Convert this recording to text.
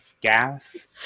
gas